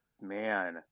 Man